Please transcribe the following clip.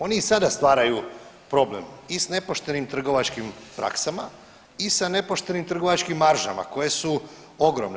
Oni i sada stvaraju problem i s nepoštenim trgovačkim praksama i sa nepoštenim trgovačkim maržama koje su ogromne.